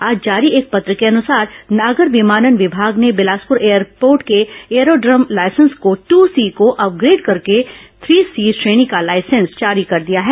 आज जारी एक पत्र के अनुसार नागर विमानन विभाग ने बिलासपुर एयरपोर्ट के एयरोड्रोम लाइसेंस को ट्र सी को अपग्रेड करके थ्री सी श्रेणी का लाइसेंस जारी कर दिया है